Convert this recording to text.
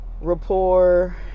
rapport